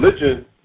religion